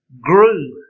grew